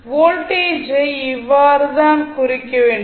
voltage ஐ இவ்வாறு தான் குறிக்க வேண்டும்